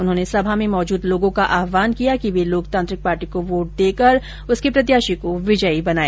उन्होंने सभा में मौजूद लोगों का आहवान किया कि वे लोकतांत्रिक पार्टी को वोट देकर उसके प्रत्याशी को विजयी बनाए